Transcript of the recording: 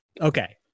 Okay